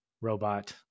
robot